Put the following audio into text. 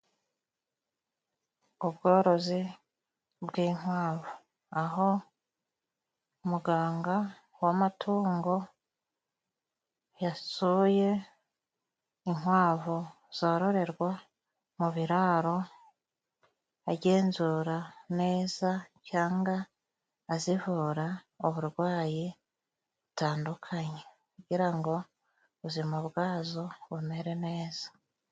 Ubworozi bw'inkwavu, aho muganga w'amatungo yasuye inkwavu zororerwa mu biraro, agenzura neza cyangwa azivura uburwayi butandukanye, kugira ngo ubuzima bwazo bumere neza.